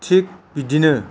थिख बिदिनो